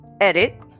edit